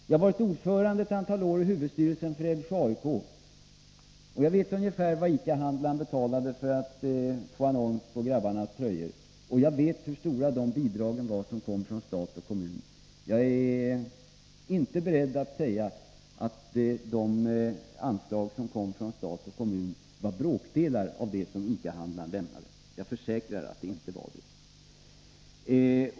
Jag har varit ordförande ett antal år i huvudstyrelsen för Älvsjö AIK, och jag vet ungefär vad ICA-handlaren betalade för att få ha annons på grabbarnas tröjor. Och jag vet även hur stora bidragen var som kom från stat och kommun. Jag är inte beredd att säga att de anslag som kom från stat och kommun var bråkdelar av det som ICA-handlaren lämnade. Jag försäkrar att det inte var så.